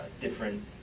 different